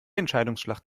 entscheidungsschlacht